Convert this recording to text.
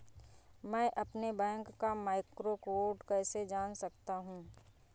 मैं अपने बैंक का मैक्रो कोड कैसे जान सकता हूँ?